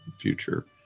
future